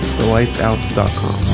TheLightsOut.com